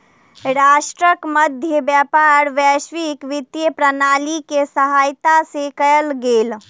राष्ट्रक मध्य व्यापार वैश्विक वित्तीय प्रणाली के सहायता से कयल गेल